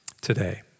today